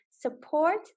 support